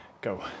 go